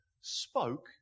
spoke